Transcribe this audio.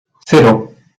cero